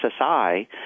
SSI